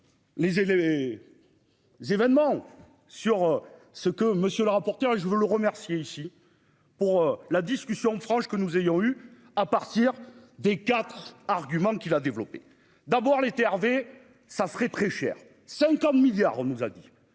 les. Événements sur ce que monsieur le rapporteur, et je veux le remercier ici. Pour la discussion franche, que nous ayons eu à partir des 4 arguments qu'il a développé d'abord les TRV, ça serait très cher, 50 milliards, on nous a dit